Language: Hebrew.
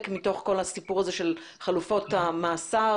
מתוך כל הסיפור הזה של חלופות המאסר?